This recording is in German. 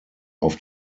auf